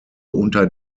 unter